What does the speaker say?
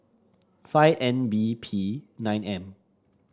five N B P nine M